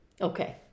Okay